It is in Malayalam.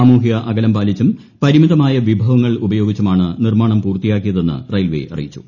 സാമൂഹ്യൂ ൃ ്ആക്കലം പാലിച്ചും പരിമിതമായ വിഭവങ്ങൾ ഉപയോഗിച്ചുമാണ് ് നിർമാണം പൂർത്തിയാക്കിയതെന്ന് റെയിൽവേ അറിയിച്ചു